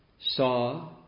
saw